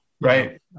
right